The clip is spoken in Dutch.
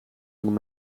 onder